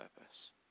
purpose